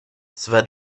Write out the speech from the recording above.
své